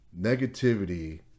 negativity